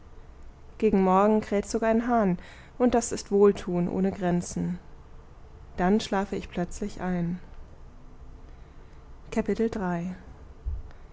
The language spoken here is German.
gegen morgen kräht sogar ein hahn und das ist wohltun ohne grenzen dann schlafe ich plötzlich ein